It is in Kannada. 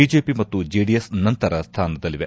ಬಿಜೆಪಿ ಮತ್ತು ಜೆಡಿಎಸ್ ನಂತರದ ಸ್ಡಾನದಲ್ಲಿವೆ